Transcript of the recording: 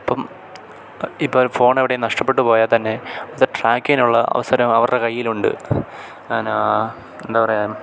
അപ്പം ഇപ്പോള് ഫോൺ എവിടെയെങ്കിലും നഷ്ടപ്പെട്ട് പോയാല്ത്തന്നെ അത് ട്രാക്ക് ചെയ്യാനുള്ള അവസരം അവരുടെ കയ്യിലുണ്ട് എന്താണ് പറയുക